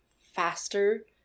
faster